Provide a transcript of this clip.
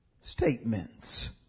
statements